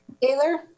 Taylor